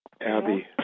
Abby